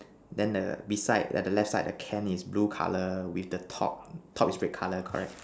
then the beside at the left side the can is blue colour with the top top is red colour correct